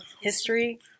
history